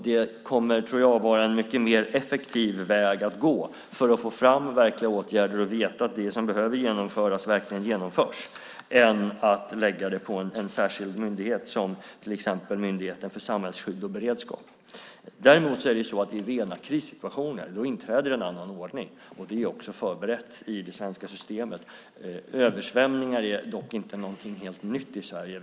Jag tror att det blir en mycket effektivare väg att gå för att få fram verkliga åtgärder och för att veta att det som behöver genomföras verkligen genomförs än att lägga detta på en särskild myndighet, till exempel på Myndigheten för samhällsskydd och beredskap. Däremot inträder i rena krissituationer en annan ordning. Också detta är förberett i det svenska systemet. Översvämningar är dock inte någonting helt nytt i Sverige.